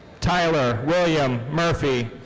tyler william murphy.